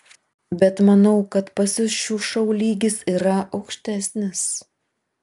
bet manau kad pas jus šių šou lygis yra aukštesnis